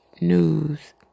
News